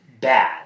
bad